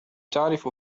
تعرف